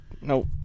Nope